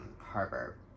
harbor